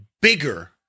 bigger